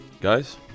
Guys